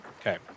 Okay